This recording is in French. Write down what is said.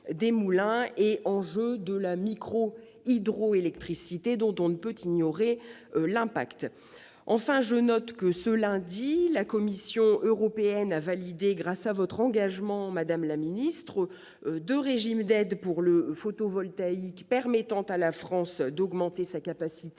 des moulins et les enjeux de la microhydroélectricité, dont on ne peut ignorer l'impact. Enfin, je note que, lundi dernier, la Commission européenne a validé, grâce à votre engagement, madame la ministre, deux régimes d'aides pour le photovoltaïque permettant à la France d'augmenter sa capacité